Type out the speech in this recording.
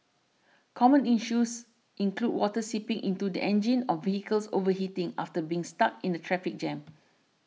common issues include water seeping into the engine or vehicles overheating after being stuck in a traffic jam